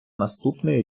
наступний